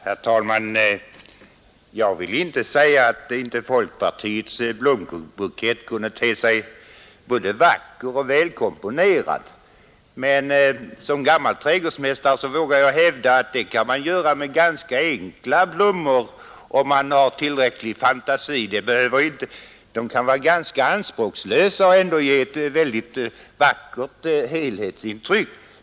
Herr talman! Jag vill inte säga att inte folkpartiets blombukett kunde te sig både vacker och välkomponerad. Men som gammal trädgårdsmästare vågar jag hävda att man kan göra en vacker bukett med ganska enkla blommor, om man har tillräcklig fantasi. De kan vara ganska anspråkslösa och ändå ge ett väldigt vackert helhetsintryck.